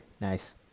Nice